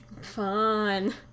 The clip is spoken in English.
Fun